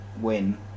win